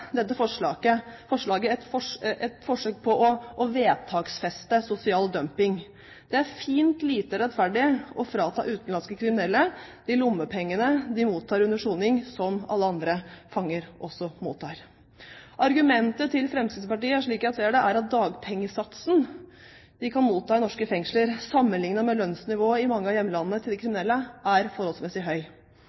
et forsøk på å vedtaksfeste sosial dumping. Det er fint lite rettferdig å frata utenlandske kriminelle de lommepengene de mottar under soning, som alle andre fanger også mottar. Argumentet til Fremskrittspartiet er, slik jeg ser det, at dagpengesatsen de kan motta i norske fengsler sammenlignet med lønnsnivået i mange av hjemlandene til de kriminelle, er forholdsmessig høy.